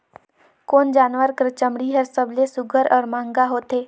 कोन जानवर कर चमड़ी हर सबले सुघ्घर और महंगा होथे?